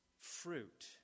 fruit